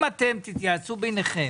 אם אתם תתייעצו ביניכם